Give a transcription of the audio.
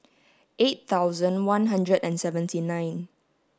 eight thousand one hundred and seventy nine